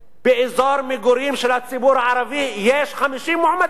באזור מגורים של הציבור הערבי יש 50 מועמדים,